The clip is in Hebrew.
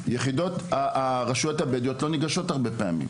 הרשויות הבדואיות לא ניגשות.